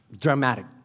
dramatic